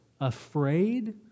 afraid